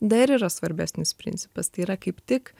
dar yra svarbesnis principas tai yra kaip tik